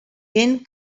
gent